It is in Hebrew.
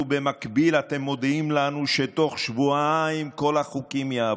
ובמקביל אתם מודיעים לנו שתוך שבועיים כל החוקים יעברו.